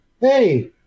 hey